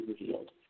revealed